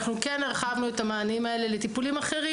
אנחנו כן הרחבנו את המענים האלה לטיפולים אחרים.